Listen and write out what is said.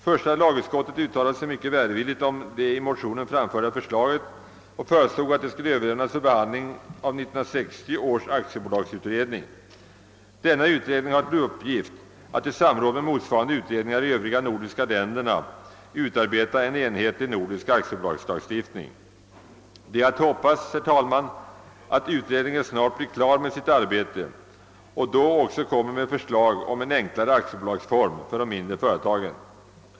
Första lagutskottet uttalade sig mycket välvilligt om detta förslag och hemställde att det skulle överlämnas för behandling av 1960 års aktiebolagsutredning. Denna utredning har till uppgift att i samråd med motsvarande utredningar i de övriga nordiska länderna utarbeta en enhetlig nordisk aktiebolagslagstiftning. Det är att hoppas att denna utredning snart blir klar med sitt arbete och då framlägger förslag om en enklare aktiebolagsform för de mindre företagen.